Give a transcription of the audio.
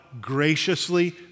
graciously